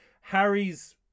Harry's